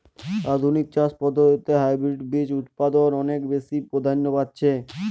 আধুনিক চাষ পদ্ধতিতে হাইব্রিড বীজ উৎপাদন অনেক বেশী প্রাধান্য পাচ্ছে